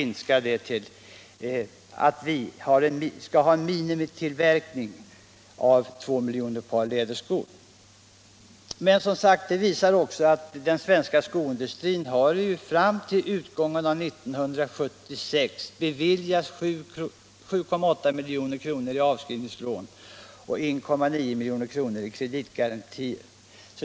Nu vet vi att vi skall ha en minimitillverkning av två miljoner par läderskor per år. Den svenska skoindustrin har fram till utgången av 1976 beviljats 7,8 milj.kr. i avskrivningslån och 1,9 milj.kr. i kreditgarantier.